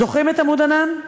זוכרים את "עמוד ענן"?